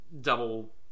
double